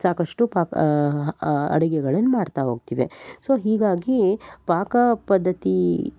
ಸಾಕಷ್ಟು ಪಾಕ ಅಡಿಗೆಗಳನ್ನು ಮಾಡ್ತಾ ಹೋಗ್ತೇವೆ ಸೊ ಹೀಗಾಗಿ ಪಾಕ ಪದ್ಧತಿ